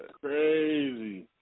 crazy